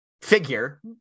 figure